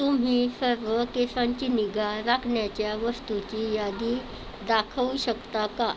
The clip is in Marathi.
तुम्ही सर्व केसांची निगा राखण्याच्या वस्तूची यादी दाखऊ शकता का